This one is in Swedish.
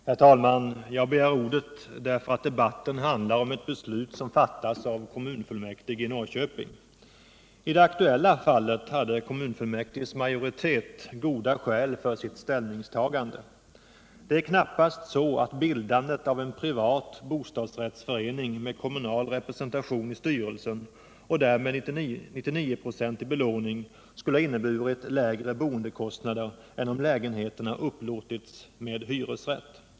Herr talman! Jag begär ordet därför att debatten handlar om ett beslut som fattats av kommunfullmäktige i Norrköping. I det aktuella fallet hade kommunfullmäktiges majoritet goda skäl för sitt ställningstagande. Det är knappast så att bildandet av en privat bostadsrättsförening med kommunal representation i styrelsen och därmed 99 96 belåning skulle ha inneburit lägre boendekostnader än om lägenheterna upplåtits med hyresrätt.